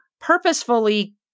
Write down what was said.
purposefully